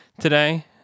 today